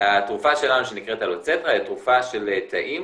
התרופה שלנו שנקראת אלוצטרה היא תרופה של תאים